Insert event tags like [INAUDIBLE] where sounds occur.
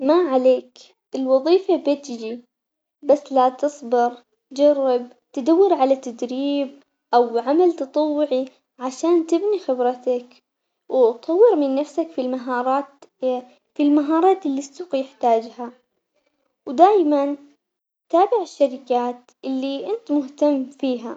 ما عليك الوظيفة بتجي بس لا تصبر جرب تدور على تدريب أو عمل تطوعي، عشان تبني خبرتك وتطور من نفسك في المهارات [HESITATION] في المهارات اللي السوق يحتاجها، ودايماً تابع الشركات اللي أنت مهتم فيها.